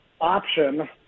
option